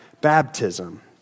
baptism